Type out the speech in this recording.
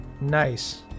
Nice